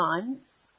times